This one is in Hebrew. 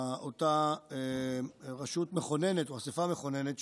אותה רשות מכוננת או אספה מכוננת,